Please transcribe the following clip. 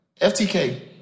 FTK